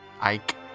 Ike